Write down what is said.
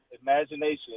imagination